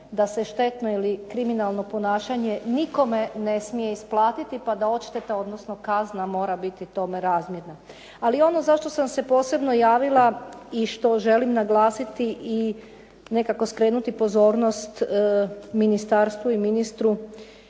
da se štetno ili kriminalno ponašanje nikome ne smije isplatiti, pa da odšteta, odnosno kazne mora biti tome razmjerna. Ali ono zašto sam se posebno javila i što želim naglasiti i što želim skrenuti pozornost ministarstvu i ministru